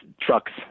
trucks